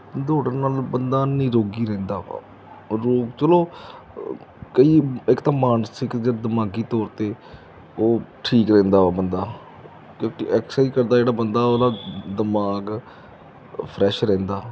ਦੌੜਣ ਨਾਲ ਬੰਦਾ ਨਿਰੋਗੀ ਰਹਿੰਦਾ ਵਾ ਰੋਗ ਚਲੋ ਕਈ ਇੱਕ ਤਾਂ ਮਾਨਸਿਕ ਅਤੇ ਦਿਮਾਗੀ ਤੌਰ 'ਤੇ ਉਹ ਠੀਕ ਰਹਿੰਦਾ ਬੰਦਾ ਕਿਉਂਕਿ ਐਕਸਾਈਜ਼ ਕਰਦਾ ਜਿਹੜਾ ਬੰਦਾ ਉਹਦਾ ਦਿਮਾਗ ਫਰੈਸ਼ ਰਹਿੰਦਾ